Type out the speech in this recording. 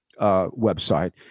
website